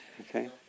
Okay